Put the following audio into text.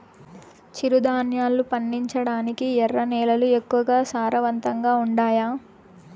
చిరుధాన్యాలు పండించటానికి ఎర్ర నేలలు ఎక్కువగా సారవంతంగా ఉండాయా